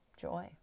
joy